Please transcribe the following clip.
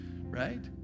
right